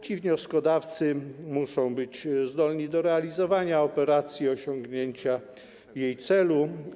Ci wnioskodawcy muszą być zdolni do realizowania operacji, osiągnięcia jej celu.